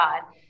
God